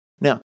Now